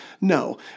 No